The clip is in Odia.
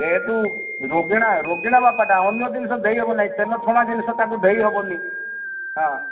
ଯେହେତୁ ରୋଗିଣା ରୋଗିଣା ବାପାଟା ଅନ୍ୟ ଜିନିଷ ଦେଇହେବ ନାହିଁ ତେଲଛଣା ଜିନିଷ ତାଙ୍କୁ ଦେଇ ହେବନି ହଁ